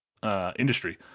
Industry